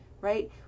right